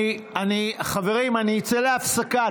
חברים, אני אצא להפסקה.